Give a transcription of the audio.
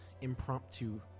impromptu